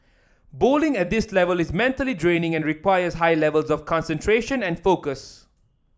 bowling at this level is mentally draining and requires high levels of concentration and focus